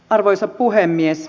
arvoisa puhemies